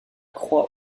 croix